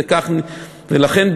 ולכן,